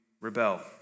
rebel